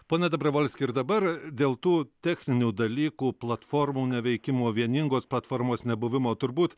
pone dabrovolski ir dabar dėl tų techninių dalykų platformų veikimų vieningos platformos nebuvimo turbūt